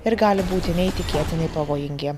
ir gali būti neįtikėtinai pavojingi